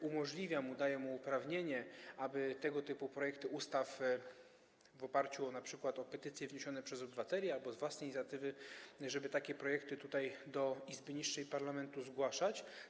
umożliwiają, dają mu uprawnienie, aby tego typu projekty ustaw w oparciu np. o petycje wniesione przez obywateli albo z własnej inicjatywy tutaj, do Izby niższej parlamentu, zgłaszać.